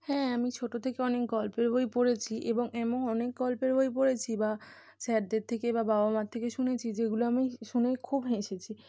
হ্যাঁ আমি ছোটো থেকে অনেক গল্পের বই পড়েছি এবং এমন অনেক গল্পের বই পড়েছি বা স্যারদের থেকে বা বাবা মার থেকে শুনেছি যেগুলো আমি শুনে খুব হেসেছি